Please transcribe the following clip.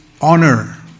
Honor